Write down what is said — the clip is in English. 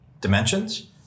dimensions